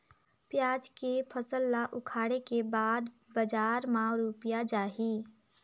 पियाज के फसल ला उखाड़े के बाद बजार मा रुपिया जाही?